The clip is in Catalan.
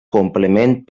complement